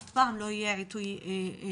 אף פעם לא יהיה עיתוי נכון,